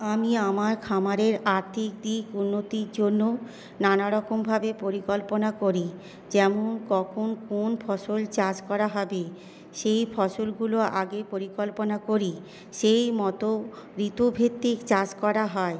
আমি আমার খামারের আর্থিক দিক উন্নতির জন্য নানা রকভাবে পরিকল্পনা করি যেমন কখন কোন ফসল চাষ করা হবে সেই ফসলগুলো আগে পরিকল্পনা করি সেই মত ঋতুভিত্তিক চাষ করা হয়